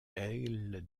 ailes